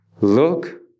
Look